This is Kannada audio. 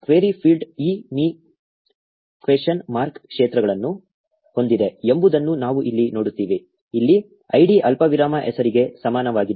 ಕ್ವೆರಿ ಫೀಲ್ಡ್ ಈ me ಕ್ವೆಶ್ಚನ್ ಮಾರ್ಕ್ ಕ್ಷೇತ್ರಗಳನ್ನು ಹೊಂದಿದೆ ಎಂಬುದನ್ನು ನಾವು ಇಲ್ಲಿ ನೋಡುತ್ತೇವೆ ಇಲ್ಲಿ ಐಡಿ ಅಲ್ಪವಿರಾಮ ಹೆಸರಿಗೆ ಸಮಾನವಾಗಿದೆ